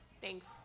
Thanks